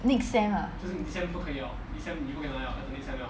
next sem ah